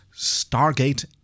Stargate